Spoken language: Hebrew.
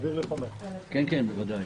הישיבה ננעלה